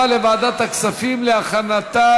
חברת הכנסת עאידה